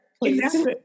Please